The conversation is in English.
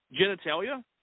genitalia